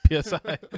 PSI